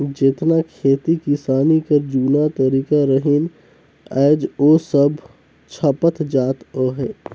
जेतना खेती किसानी कर जूना तरीका रहिन आएज ओ सब छपत जात अहे